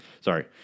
Sorry